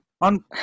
on